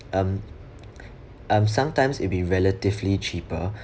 um sometimes it'll be relatively cheaper